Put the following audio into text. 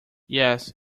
yes